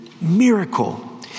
miracle